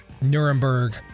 Nuremberg